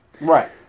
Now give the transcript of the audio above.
Right